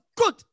good